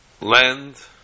land